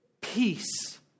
peace